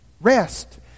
Rest